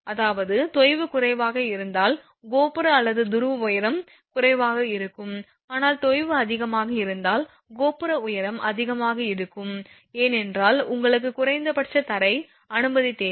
அதாவது தொய்வு குறைவாக இருந்தால் கோபுர அல்லது துருவ உயரம் குறைவாக இருக்கும் ஆனால் தொய்வு அதிகமாக இருந்தால் கோபுர உயரம் அதிகமாக இருக்கும் ஏனென்றால் உங்களுக்கு குறைந்தபட்ச தரை அனுமதி தேவை